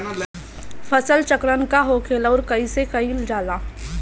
फसल चक्रण का होखेला और कईसे कईल जाला?